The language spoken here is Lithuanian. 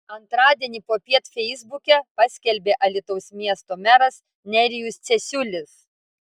antradienį popiet feisbuke paskelbė alytaus miesto meras nerijus cesiulis